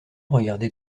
regardait